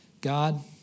God